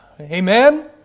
Amen